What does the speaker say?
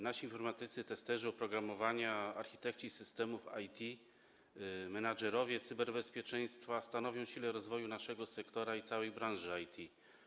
Nasi informatycy, testerzy oprogramowania, architekci systemów IT, menedżerowie cyberbezpieczeństwa stanowią o sile rozwoju naszego sektora i całej branży IT.